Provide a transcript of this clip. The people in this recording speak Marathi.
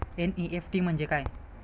एन.ई.एफ.टी म्हणजे काय?